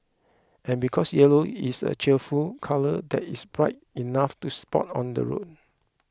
and because yellow is a cheerful colour that is bright enough to spot on the roads